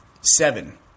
Seven